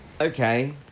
Okay